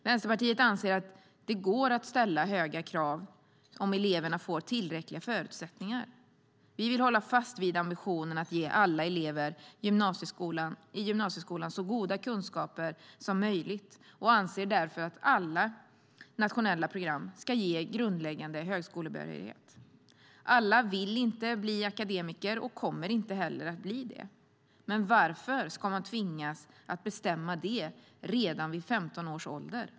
Vänsterpartiet anser att det går att ställa höga krav om eleverna får tillräckliga förutsättningar. Vi vill hålla fast vid ambitionen att ge alla elever i gymnasieskolan så goda kunskaper som möjligt och anser därför att alla nationella program ska ge grundläggande högskolebehörighet. Alla vill inte bli akademiker och kommer inte heller att bli det, men varför ska man tvingas bestämma det redan vid 15 års ålder?